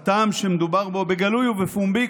הטעם שמדובר בו בגלוי ובפומבי,